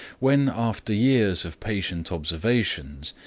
when after years of patient observations,